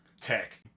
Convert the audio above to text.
tech